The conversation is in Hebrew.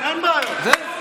על זה.